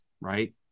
right